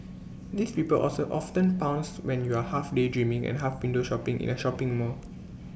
these people also often pounce when you're half daydreaming and half window shopping in A shopping mall